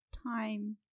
Time